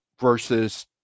versus